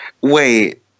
Wait